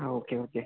ആ okay okay